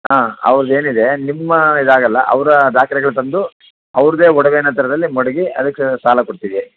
ಹಾಂ ಅವ್ರದು ಏನಿದೆ ನಿಮ್ಮ ಇದಾಗೊಲ್ಲ ಅವರ ದಾಖಲೆಗಳು ತಂದು ಅವ್ರದ್ದೇ ಒಡವೆನ ಅದರಲ್ಲಿ ಮಡಗಿ ಅದಕ್ಕೆ ಸಾಲ ಕೊಡ್ತೀವಿ